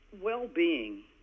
well-being